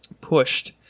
pushed